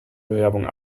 bewerbung